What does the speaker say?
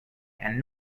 and